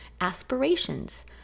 aspirations